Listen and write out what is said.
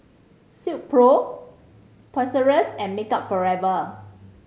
Silkpro Toys and Makeup Forever